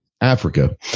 Africa